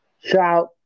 shout